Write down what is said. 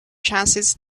chances